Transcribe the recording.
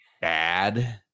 bad